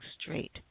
straight